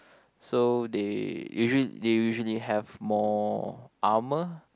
so they usually they usually have more armor